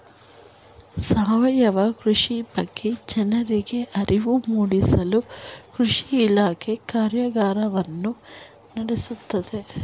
ಸಾವಯವ ಕೃಷಿ ಬಗ್ಗೆ ಜನರಿಗೆ ಅರಿವು ಮೂಡಿಸಲು ಕೃಷಿ ಇಲಾಖೆ ಕಾರ್ಯಗಾರವನ್ನು ನಡೆಸುತ್ತಿದೆ